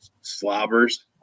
slobbers